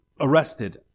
arrested